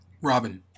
Robin